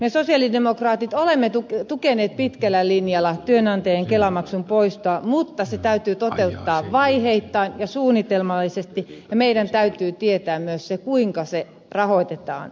me sosialidemokraatit olemme tukeneet pitkällä linjalla työnantajien kelamaksun poistoa mutta se täytyy toteuttaa vaiheittain ja suunnitelmallisesti ja meidän täytyy tietää myös kuinka se rahoitetaan